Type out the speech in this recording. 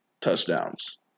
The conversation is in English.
touchdowns